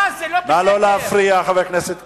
אה, זה לא בסדר, חבר הכנסת כץ,